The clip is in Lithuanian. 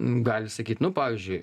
gali sakyt nu pavyzdžiui